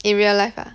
in real life ah